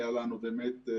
היה לנו פרסום,